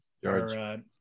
yards